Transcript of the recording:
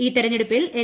ഈ തെരഞ്ഞെടുപ്പിൽ എൽ